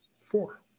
Four